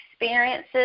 experiences